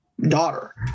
daughter